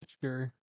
sure